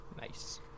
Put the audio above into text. Nice